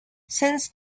since